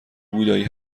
بودایی